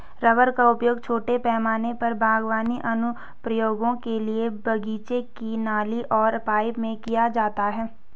rubber का उपयोग छोटे पैमाने पर बागवानी अनुप्रयोगों के लिए बगीचे की नली और पाइप में किया जाता है